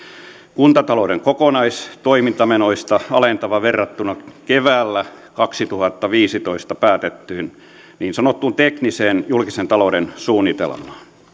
kuntatalouden kokonaistoimintamenoja alentava verrattuna keväällä kaksituhattaviisitoista päätettyyn niin sanottuun tekniseen julkisen talouden suunnitelmaan